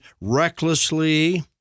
recklessly